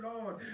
Lord